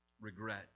Regret